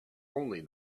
only